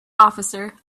officer